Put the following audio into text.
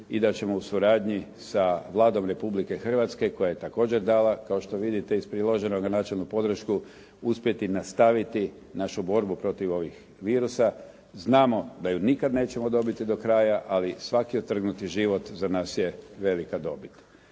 i da ćemo u suradnji sa Vladom Republike Hrvatske koja je također dala kao što vidite iz priloženoga načelnu podršku uspjeti nastaviti našu borbu protiv ovih virusa. Znamo da ju nikad nećemo dobiti do kraja, ali svaki otrgnuti život za nas je velika dobit.